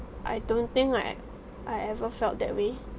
I don't think I I ever felt that way